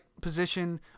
position